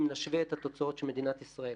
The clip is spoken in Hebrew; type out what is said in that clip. אם נשווה את התוצאות של מדינת ישראל